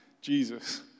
Jesus